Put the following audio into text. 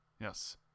Yes